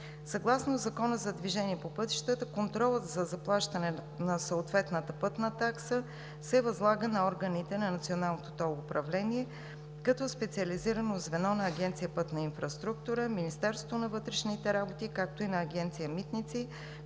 Съгласно Закона за движението по пътищата контролът за заплащането на съответната пътна такса се възлага на органите на Националното тол управление като специализирано звено на Агенция „Пътна инфраструктура“, Министерството на вътрешните работи, както и Агенция „Митници“,